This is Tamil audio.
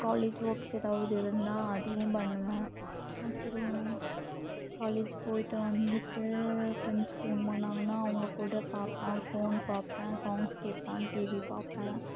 காலேஜ் ஒர்க்ஸ் எதாவது இருந்தா அதுவும் பண்ணுவேன் அப்புறம் காலேஜ் போயிவிட்டு வந்துவிட்டு ஃப்ரெண்ட்ஸ் ஃபோன் பண்ணாங்கன்னா அவங்க கூட பார்ப்பேன் ஃபோன் பார்ப்பேன் சாங்ஸ் கேட்பேன் டிவி பார்ப்பேன்